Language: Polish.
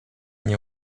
nie